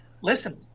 listen